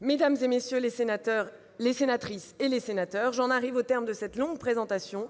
Mesdames, messieurs les sénateurs, j'en arrive au terme de cette longue présentation ...